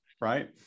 right